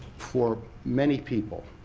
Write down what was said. for many people,